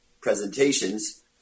presentations